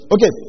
Okay